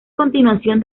continuación